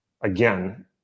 Again